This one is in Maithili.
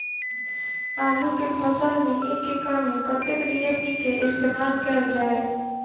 आलु केँ फसल मे एक एकड़ मे कतेक डी.ए.पी केँ इस्तेमाल कैल जाए?